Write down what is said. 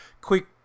quick